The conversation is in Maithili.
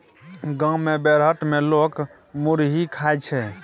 गाम मे बेरहट मे लोक मुरहीये खाइ छै